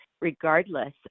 regardless